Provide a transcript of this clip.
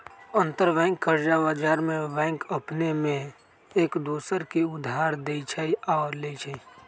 अंतरबैंक कर्जा बजार में बैंक अपने में एक दोसर के उधार देँइ छइ आऽ लेइ छइ